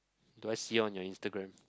do I see her on your Instagram